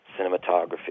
cinematography